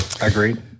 agreed